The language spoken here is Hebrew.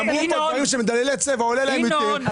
אם מדללי צבע עולים יותר,